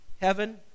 heaven